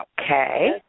Okay